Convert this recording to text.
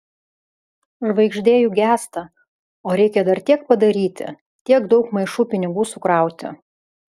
žvaigždė juk gęsta o reikia dar tiek padaryti tiek daug maišų pinigų sukrauti